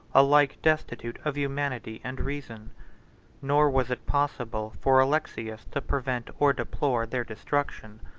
alike destitute of humanity and reason nor was it possible for alexius to prevent or deplore their destruction.